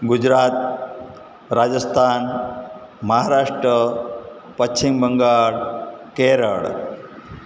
Gujarat Rajasthan Maharashtra Paschim Bangal Kerala